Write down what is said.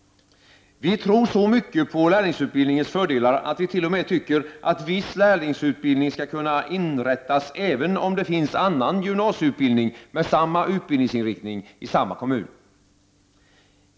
Vi tror så mycket på lärlingsutbildningens fördelar, att vi t.o.m. tycker att viss lärlingsutbildning skall kunna inrättas även om det finns annan gymnasieutbildning med samma utbildningsinriktning i samma kommun.